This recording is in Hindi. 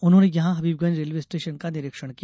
उन्होंने यहां हबीबगंज रेल्वे स्टेशन का निरीक्षण किया